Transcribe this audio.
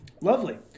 Lovely